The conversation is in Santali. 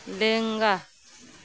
ᱞᱮᱸᱜᱟ